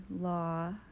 law